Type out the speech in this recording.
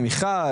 עם מיכל,